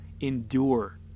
Endure